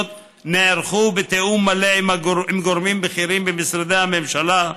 נערכו בתיאום מלא עם גורמים בכירים במשרדי הממשלה,